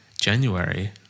January